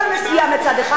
נוהל מסוים מצד אחד,